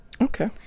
Okay